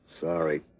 Sorry